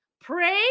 Pray